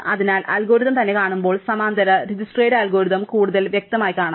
അതിനാൽ അൽഗോരിതം തന്നെ കാണുമ്പോൾ സമാന്തര ദിജ്ക്സ്ട്രയുടെ അൽഗോരിതം കൂടുതൽ വ്യക്തമായി കാണാം